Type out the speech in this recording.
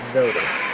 notice